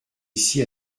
ici